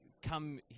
come